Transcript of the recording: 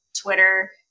Twitter